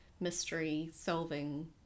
mystery-solving